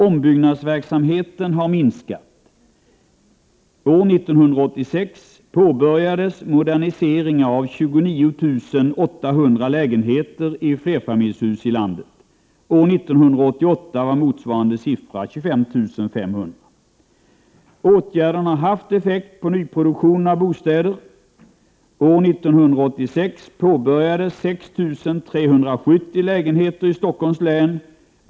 Ombyggnadsverksamheten har minskat. År 1986 påbörjades moderniseringen av 29 800 lägenheter i flerfamiljshus i landet. År 1988 var motsvarande siffra 25 500. Åtgärderna har haft effekt på nyproduktionen av bostäder. År 1986 påbörjades 6 370 lägenheter i Stockholms län.